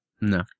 No